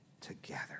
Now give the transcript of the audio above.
together